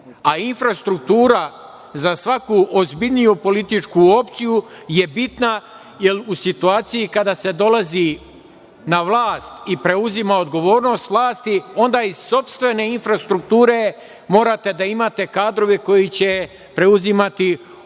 A, infrastruktura za svaku ozbiljniju političku opciju je bitna, jer u situaciji kada se dolazi na vlast i preuzima odgovornost vlasti, onda iz sopstvene infrastrukture morate da imate kadrove koji će preuzimati određene